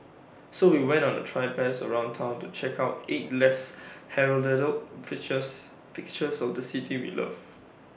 so we went on A traipse around Town to check out eight less heralded fixtures fixtures of the city we love